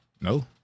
No